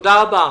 תודה רבה.